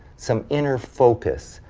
some inner focus,